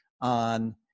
on